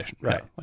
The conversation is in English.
Right